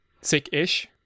sick-ish